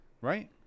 right